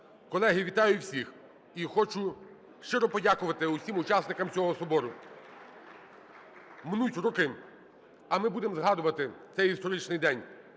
Колеги, вітаю всіх! І хочу щиро подякувати всім учасникам цього Собору. Минуть роки, а ми будемо згадувати цей історичний день.